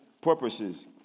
purposes